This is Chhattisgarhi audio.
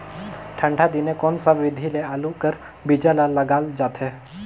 ठंडा दिने कोन सा विधि ले आलू कर बीजा ल लगाल जाथे?